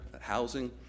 housing